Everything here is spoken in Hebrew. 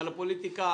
על הפוליטיקה,